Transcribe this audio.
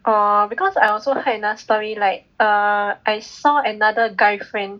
oh because I also heard another story like err I saw another guy friend